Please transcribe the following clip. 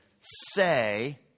say